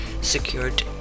secured